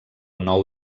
nou